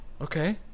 Okay